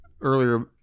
earlier